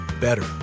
better